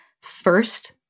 first